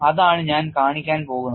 അതാണ് ഞാൻ കാണിക്കാൻ പോകുന്നത്